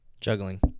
Juggling